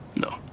No